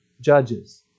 judges